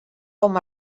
com